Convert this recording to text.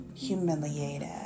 Humiliated